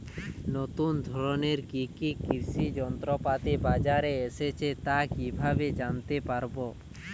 নতুন ধরনের কি কি কৃষি যন্ত্রপাতি বাজারে এসেছে তা কিভাবে জানতেপারব?